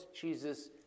Jesus